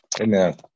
Amen